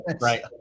Right